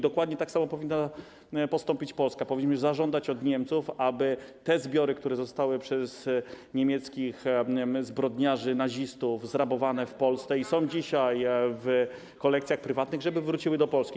Dokładnie tak samo powinna postąpić Polska, powinniśmy zażądać od Niemców, aby te zbiory, które zostały przez niemieckich zbrodniarzy, nazistów zrabowane w Polsce i są dzisiaj w kolekcjach prywatnych, wróciły do Polski.